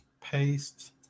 Paste